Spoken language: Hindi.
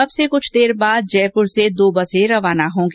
अब से कुछ देर बाद जयपुर से दो बसे रवाना होंगी